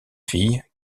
fille